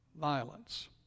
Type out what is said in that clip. Violence